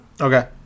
Okay